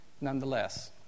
Nonetheless